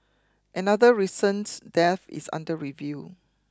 another recent death is under review